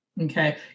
okay